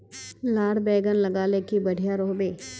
लार बैगन लगाले की बढ़िया रोहबे?